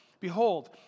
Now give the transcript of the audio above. Behold